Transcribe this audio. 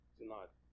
tonight